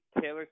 Taylor